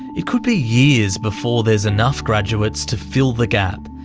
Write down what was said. it could be years before there's enough graduates to fill the gap.